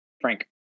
Frank